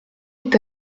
est